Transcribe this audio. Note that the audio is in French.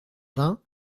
vingts